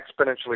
exponentially